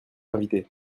invité